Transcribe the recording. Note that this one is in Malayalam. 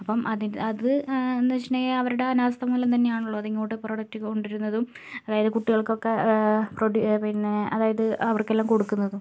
അപ്പം അതിൻ്റെ അത് എന്താ വെച്ചിട്ടുണ്ടെങ്കിൽ അവരുടെ അനാസ്ഥ മൂലം തന്നെയാണ് ഉള്ളത് ഇങ്ങോട്ട് പ്രൊഡക്റ്റ് കൊണ്ടു വരുന്നതും അതായത് കുട്ടികൾക്കൊക്കെ പ്രൊ പിന്നെ അതായത് അവർക്കെല്ലം കൊടുക്കുന്നതും